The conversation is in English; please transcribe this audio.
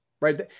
right